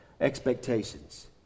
expectations